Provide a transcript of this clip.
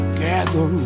gather